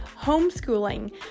homeschooling